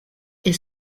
est